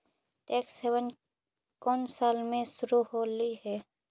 Tax haven कउन साल में शुरू होलई हे?